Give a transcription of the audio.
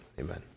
amen